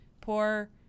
poor